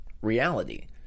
reality